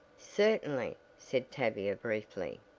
certainly, said tavia, briefly.